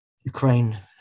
Ukraine